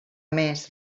més